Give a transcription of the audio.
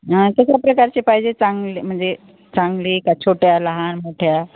ह तशा प्रकारचे पाहिजे चांगले म्हणजे चांगले का छोट्या लहान मोठ्या